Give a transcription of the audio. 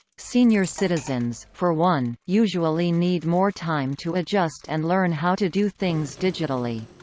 senior citizens, for one, usually need more time to adjust and learn how to do things digitally.